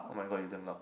[oh]-my-god you damn loud